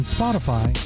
Spotify